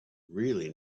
really